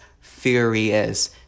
furious